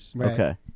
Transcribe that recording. Okay